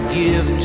give